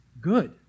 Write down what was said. good